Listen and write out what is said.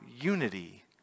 unity